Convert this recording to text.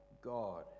God